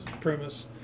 premise